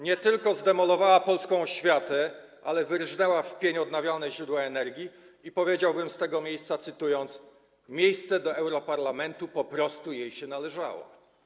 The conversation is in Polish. Nie tylko zdemolowała polską oświatę, ale i wyrżnęła w pień odnawialne źródła energii i, powiedziałbym z tego miejsca, cytując: miejsce do europarlamentu po prostu jej się należało.